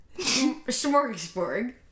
smorgasbord